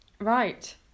Right